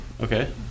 Okay